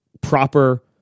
proper